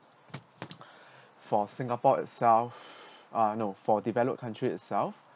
for singapore itself ah no for developed country itself